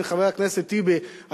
הנה חבר הכנסת טיבי,